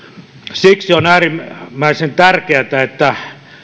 siksi on äärimmäisen tärkeätä että